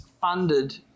funded